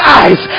eyes